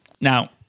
Now